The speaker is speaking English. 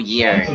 Year